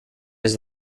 his